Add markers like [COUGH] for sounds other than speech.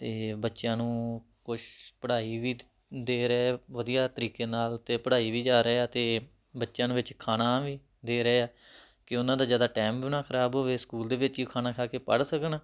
ਅਤੇ ਬੱਚਿਆਂ ਨੂੰ ਕੁਛ ਪੜ੍ਹਾਈ ਵੀ [UNINTELLIGIBLE] ਦੇ ਰਹੇ ਵਧੀਆ ਤਰੀਕੇ ਨਾਲ ਅਤੇ ਪੜ੍ਹਾਈ ਵੀ ਜਾ ਰਹੇ ਆ ਅਤੇ ਬੱਚਿਆਂ ਨੂੰ ਵਿੱਚ ਖਾਣਾ ਵੀ ਦੇ ਰਹੇ ਆ ਕਿ ਉਨ੍ਹਾਂ ਦਾ ਜ਼ਿਆਦਾ ਟਾਈਮ ਵੀ ਨਾ ਖ਼ਰਾਬ ਹੋਵੇ ਸਕੂਲ ਦੇ ਵਿੱਚ ਹੀ ਖਾਣਾ ਖਾ ਕੇ ਪੜ੍ਹ ਸਕਣ